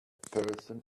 person